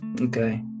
Okay